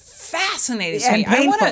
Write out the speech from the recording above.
fascinating